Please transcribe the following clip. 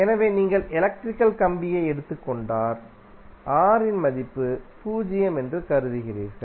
எனவே நீங்கள் எலக்ட்ரிக்கல் கம்பியை எடுத்துக் கொண்டால் R இன் மதிப்பு பூஜ்ஜியம் என்று கருதுகிறீர்கள்